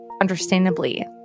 understandably